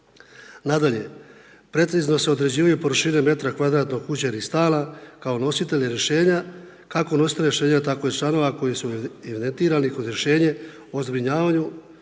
Nadalje, precizno se određivaju površine m2 kuće ili stana kao nositelji rješenja, kako nositelja rješenja tako i članova koji su evidentirani kroz rješenje o zbrinjavanju.